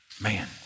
Man